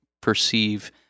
perceive